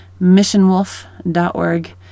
Missionwolf.org